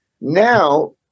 Now